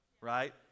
right